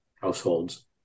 households